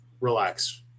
Relax